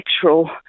sexual